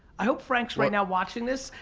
i hope frank's right now watching this,